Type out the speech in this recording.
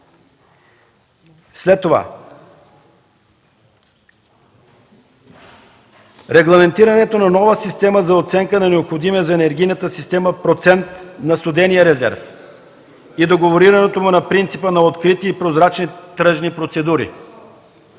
След това, регламентирането на нова система за оценка на необходимия за енергийната система процент на студения резерв и договорирането му на принципа на открити и прозрачни тръжни процедури.